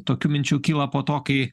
tokių minčių kyla po to kai